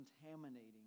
contaminating